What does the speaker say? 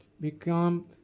Become